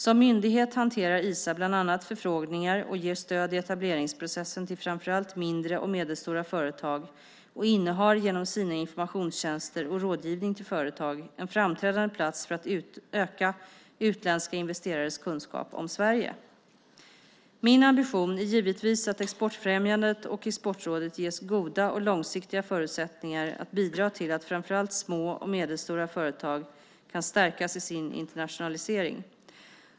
Som myndighet hanterar Isa bland annat förfrågningar och ger stöd i etableringsprocessen till framför allt mindre och medelstora företag och innehar genom sina informationstjänster och rådgivning till företag en framträdande plats för att öka utländska investerares kunskap om Sverige. Min ambition är givetvis att exportfrämjandet och Exportrådet ges goda och långsiktiga förutsättningar att bidra till att framför allt små och medelstora företag kan stärkas i sin internationalisering.